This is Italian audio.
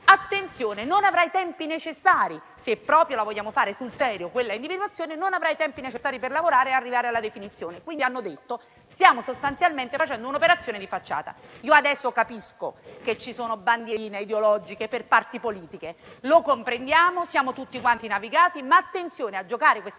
- non avrà i tempi necessari, se proprio la vogliamo fare sul serio quella individuazione, per lavorare e arrivare alla definizione, quindi hanno detto che sostanzialmente si sta facendo un'operazione di facciata. Adesso capisco che ci sono bandierine ideologiche per parti politiche, lo comprendiamo, siamo tutti quanti navigati, ma attenzione a giocare queste